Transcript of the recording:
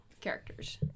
characters